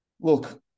Look